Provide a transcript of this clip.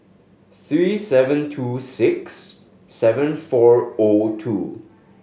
three seven two six seven four O two